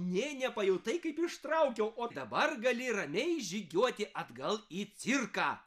nė nepajutai kaip ištraukiau o dabar gali ramiai žygiuoti atgal į cirką